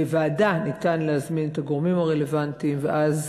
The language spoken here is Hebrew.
בוועדה ניתן להזמין את הגורמים הרלוונטיים ואז